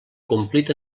complit